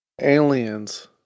Aliens